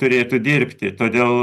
turėtų dirbti todėl